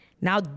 Now